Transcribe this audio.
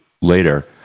later